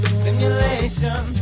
simulation